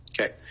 okay